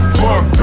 fuck